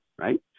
right